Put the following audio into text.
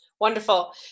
wonderful